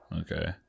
okay